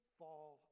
fall